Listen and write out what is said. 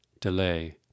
delay